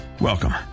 welcome